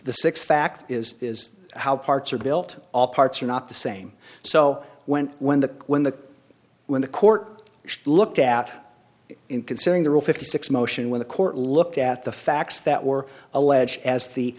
the six fact is is how parts are built all parts are not the same so when when the when the when the court looked at it in considering the rule fifty six motion when the court looked at the facts that were alleged as the